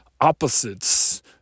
opposites